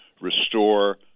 restore